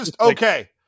Okay